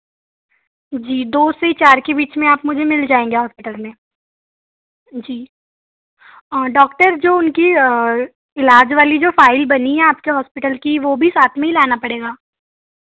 जी दो से चार के बीच में आप मुझे मिल जाएँगे हॉस्पिटल में जी डॉक्टर उनकी जो इलाज वाली फाइल बनी है आपके हॉस्पिटल की वह भी साथ में ही लाना पड़ेगा